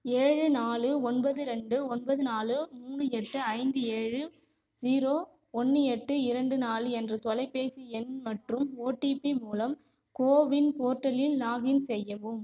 ஏழு நாலு ஒன்பது ரெண்டு ஒன்பது நாலு மூணு எட்டு ஐந்து ஏழு ஜீரோ ஒன்று எட்டு ரெண்டு நாலு என்ற தொலைபேசி எண் மற்றும் ஓடிபி மூலம் கோவின் போர்ட்டலில் லாகின் செய்யவும்